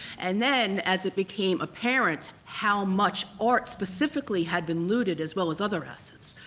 and then as it became apparent how much art specifically had been looted as well as other assets,